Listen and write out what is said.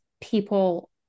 people